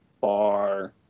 bar